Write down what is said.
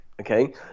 okay